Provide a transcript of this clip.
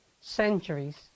centuries